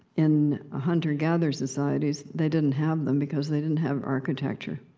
in ah hunter-gatherer societies, they didn't have them because they didn't have architecture.